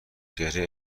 چهره